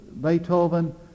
Beethoven